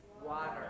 water